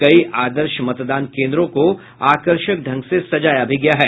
कई आदर्श मतदान केंद्रों को आकर्षक ढंग से सजाया भी गया है